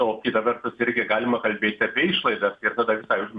o kita vertus irgi galima kalbėti apie išlaidas ir tada visai